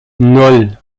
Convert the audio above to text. nan